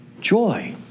Joy